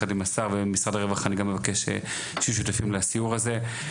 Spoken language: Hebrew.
וממשרד הרווחה אני גם אבקש שיהיו שותפים לסיור הזה.